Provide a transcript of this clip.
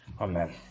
Amen